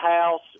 house